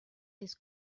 his